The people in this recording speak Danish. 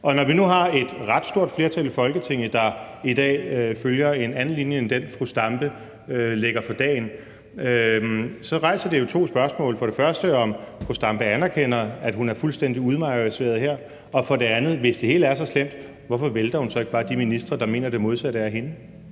og når vi nu har et ret stort flertal i Folketinget, der i dag følger en anden linje end den, som fru Zenia Stampe lægger for dagen, rejser det to spørgsmål: Det første er, om fru Zenia Stampe anerkender, at hun er fuldstændig marginaliseret. Og det andet er: Hvis det hele er så slemt, hvorfor vælter hun så ikke bare de ministre, der mener det modsatte af hende?